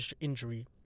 injury